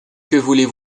voulez